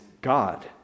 God